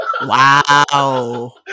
wow